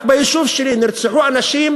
רק ביישוב שלי נרצחו אנשים